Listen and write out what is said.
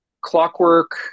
Clockwork